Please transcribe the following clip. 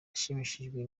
yashimishijwe